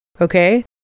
Okay